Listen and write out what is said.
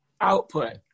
Output